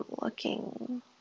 looking